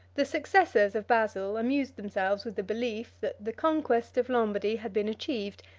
the successors of basil amused themselves with the belief, that the conquest of lombardy had been achieved,